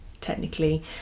technically